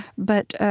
but